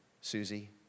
Susie